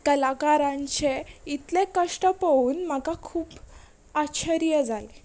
कलाकारांचें इतलें कश्ट पोवून म्हाका खूब आच्छर्य जालें